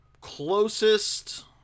closest